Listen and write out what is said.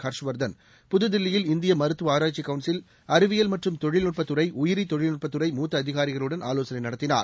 ஹர்ஷ்வர்தன் புதுதில்லியில் இந்தியமருத்துவஆராய்ச்சிக் கவுன்சில் அறிவியல் மற்றும் தொழில்நுட்பதுறை உயிரிதொழில்நுட்பதுறை மூத்தஅதிகாரிகளுடன் ஆலோசனைநடத்தினார்